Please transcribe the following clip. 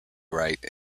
write